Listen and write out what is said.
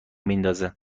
میندازه